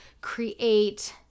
create